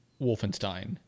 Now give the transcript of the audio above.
Wolfenstein